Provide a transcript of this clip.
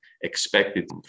expected